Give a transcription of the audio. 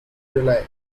july